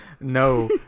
No